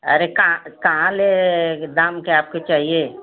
अरे कहाँ ले दाम के आपके चाहिए